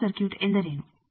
short circuit ಎಂದರೇನು